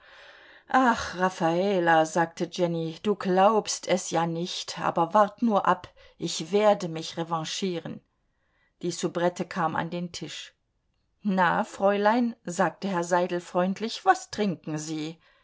ach raffala sagte jenny du glaubst es ja nicht aber wart nur ab ich werde mich revanchieren die soubrette kam an den tisch na fräulein sagte herr seidel freundlich was trinken sie